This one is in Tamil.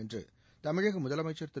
என்று தமிழக முதலமைச்சர் திரு